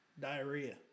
diarrhea